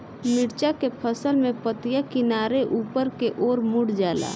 मिरचा के फसल में पतिया किनारे ऊपर के ओर मुड़ जाला?